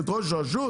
את ראש הרשו?